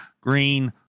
Green